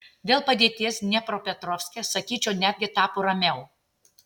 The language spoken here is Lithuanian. dėl padėties dniepropetrovske sakyčiau netgi tapo ramiau